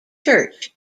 church